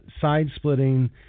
side-splitting